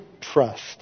trust